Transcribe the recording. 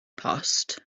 post